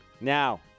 Now